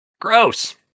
Gross